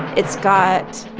it's got,